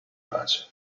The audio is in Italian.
pace